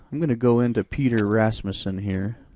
i'm gonna go into peter rasmussen here.